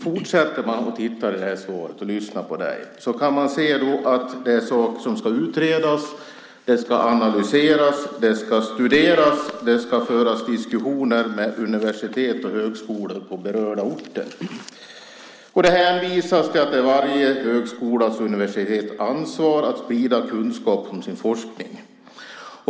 Fortsätter man att läsa i svaret och lyssnar på arbetsmarknadsministern förstår man att det är saker som ska utredas, analyseras och studeras och att det ska föras diskussioner med universitet och högskolor på berörda orter. Det hänvisas till att det är varje högskolas och universitets ansvar att sprida kunskap om sin forskning.